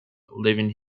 leaving